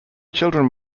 children